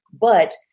But-